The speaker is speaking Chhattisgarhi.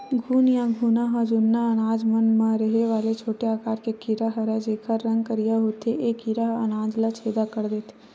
घुन या घुना ह जुन्ना अनाज मन म रहें वाले छोटे आकार के कीरा हरयए जेकर रंग करिया होथे ए कीरा ह अनाज ल छेंदा कर देथे